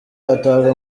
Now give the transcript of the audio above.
atabwa